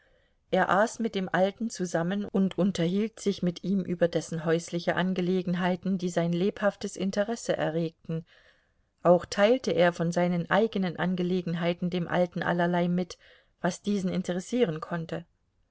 er aß mit dem alten zusammen und unterhielt sich mit ihm über dessen häusliche angelegenheiten die sein lebhaftes interesse erregten auch teilte er von seinen eigenen angelegenheiten dem alten allerlei mit was diesen interessieren konnte